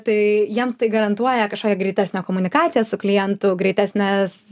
tai jiems tai garantuoja kažkokią greitesnę komunikaciją su klientu greitesnes